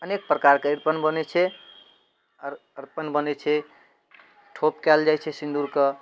अनेक प्रकारके अरिपन बनै छै अरिपन बनै छै ठोप कएल जाइ छै सिन्दूरके